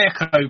echo